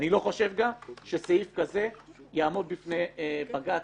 אני גם לא חושב שסעיף כזה יעמוד בפני בג"ץ,